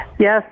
Yes